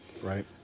Right